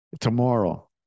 Tomorrow